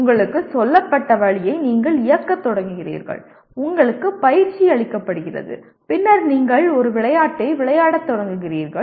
உங்களுக்குச் சொல்லப்பட்ட வழியை நீங்கள் இயக்கத் தொடங்குகிறீர்கள் உங்களுக்கு பயிற்சி அளிக்கப்படுகிறது பின்னர் நீங்கள் ஒரு விளையாட்டை விளையாடத் தொடங்குகிறீர்கள்